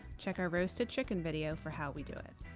check our roasted chicken video for how we do it.